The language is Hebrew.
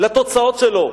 לתוצאות שלו.